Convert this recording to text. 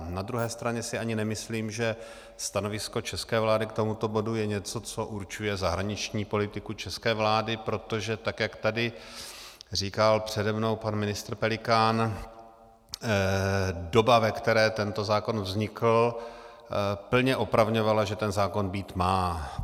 Na druhé straně si ani nemyslím, že stanovisko české vlády k tomuto bodu je něco, co určuje zahraniční politiku české vlády, protože tak jak tady říkal přede mnou pan ministr Pelikán, doba, ve které tento zákon vznikl, plně opravňovala, že ten zákon být má.